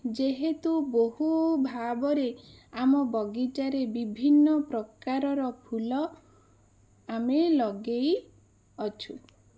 ଯେହେତୁ ବହୁ ଭାବରେ ଆମ ବଗିଚାରେ ବିଭିନ୍ନ ପ୍ରକାରର ଫୁଲ ଆମେ ଲଗେଇଅଛୁ